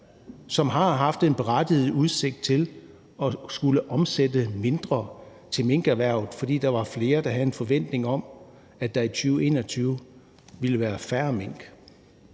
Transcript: som har haft en berettiget forventning om at skulle omsætte mindre til minkerhvervet, fordi der var flere, der havde en forventning om, at der i 2021 ville være færre mink.